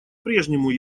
прежнему